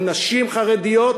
עם נשים חרדיות,